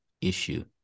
issue